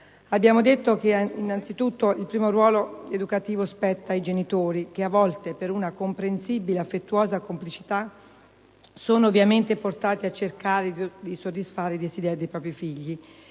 Abbiamo detto anzitutto che il primo ruolo educativo spetta ai genitori che, a volte, per una comprensibile affettuosa complicità, sono portati a cercare di soddisfare i desideri dei propri figli